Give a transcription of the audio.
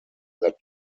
that